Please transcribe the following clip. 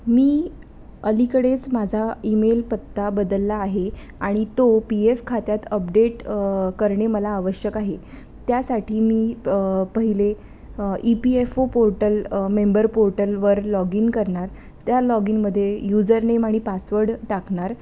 मी अलीकडेच माझा ईमेल पत्ता बदलला आहे आणि तो पी एफ खात्यात अपडेट करणे मला आवश्यक आहे त्यासाठी मी प पहिले E P F O portal member पोर्टलवर लॉग इन करणार त्या लॉग इनमध्ये युजरनेम आणि पासवर्ड टाकणार